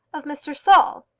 of mr. saul!